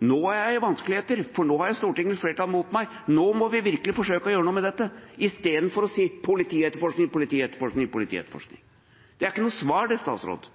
nå er jeg i vanskeligheter, for nå har jeg Stortingets flertall imot meg, nå må vi virkelig forsøke å gjøre noe med dette – istedenfor å si politietterforskning, politietterforskning, politietterforskning. Det er ikke noe svar –